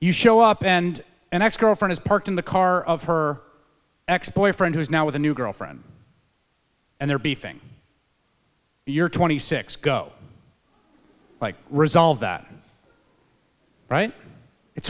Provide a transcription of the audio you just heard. you show up and an ex girlfriend is parked in the car of her ex boyfriend who is now with a new girlfriend and they're beefing your twenty six go like resolve that right it's